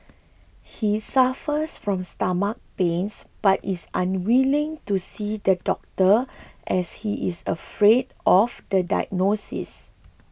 he suffers from stomach pains but is unwilling to see the doctor as he is afraid of the diagnosis